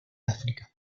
áfrica